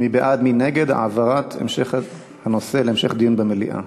מי בעד ומי נגד העברת הנושא להמשך דיון במליאה?